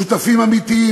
שותפים אמיתיים,